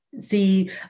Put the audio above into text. see